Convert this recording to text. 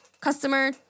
customer